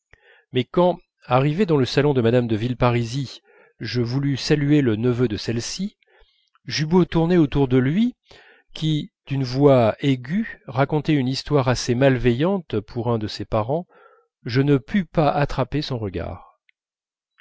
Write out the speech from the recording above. mais quand arrivé dans le salon de mme de villeparisis je voulus saluer le neveu de celle-ci j'eus beau tourner autour de lui qui d'une voix aiguë racontait une histoire assez malveillante pour un de ses parents je ne pus pas attraper son regard